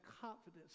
confidence